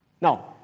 Now